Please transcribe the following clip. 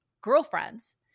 girlfriends